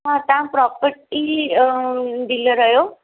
तव्हां property dealer आहियो